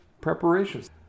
preparations